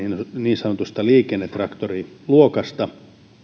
niin sanotusta liikennetraktoriluokasta